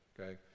okay